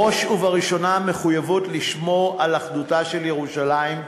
בראש ובראשונה מחויבות לשמור על אחדותה של ירושלים,